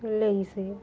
ਲਈ ਸੀ